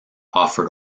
offered